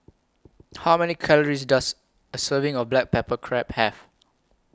How Many Calories Does A Serving of Black Pepper Crab Have